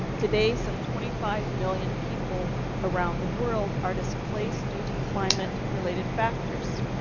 today, some twenty five million people around the world are displaced due to climate related factors.